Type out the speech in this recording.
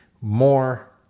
more